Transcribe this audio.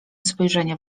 spojrzenie